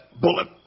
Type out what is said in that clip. bullet